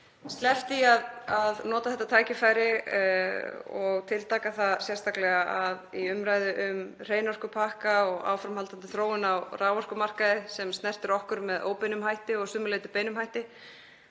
sleppt því að nota þetta tækifæri og tiltaka það sérstaklega að í umræðu um hreinorkupakka og áframhaldandi þróun á raforkumarkaði, sem snertir okkur með óbeinum hætti og að sumu leyti beinum hætti,